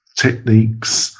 techniques